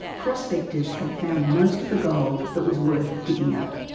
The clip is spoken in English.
prospectors had found most of the gold that was worth digging up.